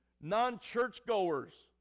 non-churchgoers